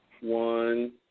one